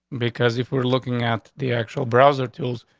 because if we're looking at the actual browser tools,